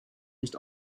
nicht